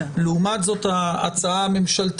לעומת זאת,